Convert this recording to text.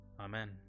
Amen